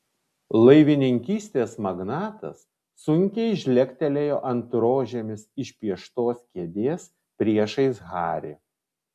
laivininkystės magnatas sunkiai žlegtelėjo ant rožėmis išpieštos kėdės priešais harį